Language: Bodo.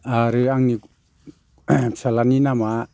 आरो आंनि फिसाज्लानि नामा